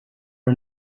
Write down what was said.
are